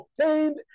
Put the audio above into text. obtained